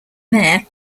mayor